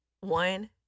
One